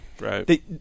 Right